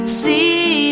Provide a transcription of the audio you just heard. see